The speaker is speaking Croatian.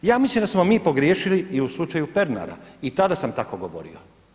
Ja mislim da smo mi pogriješili i u slučaju Pernara, i tada sam tako govorio.